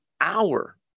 hour